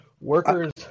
Workers